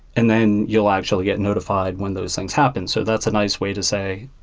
and then you'll actually get notified when those things happen. so that's a nice way to say,